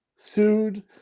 Sued